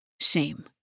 Shame